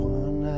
one